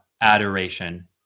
adoration